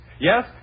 Yes